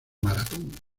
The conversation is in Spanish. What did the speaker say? maratón